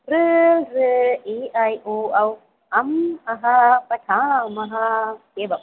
ॠ लृ ए ऐ ओ औ अं अः पठामः एवम्